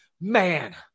man